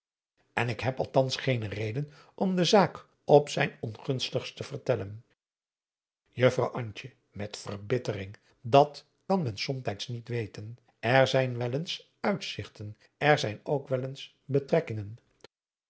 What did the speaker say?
en ik heb althans geene reden om de zaak op zijn ongunstigst te vertellen juffrouw antje met verbittering dat kan men somtijds niet weten er zijn wel eens uitzigten er zijn ook wel eens betrekkingen